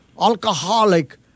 Alcoholic